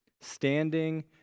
standing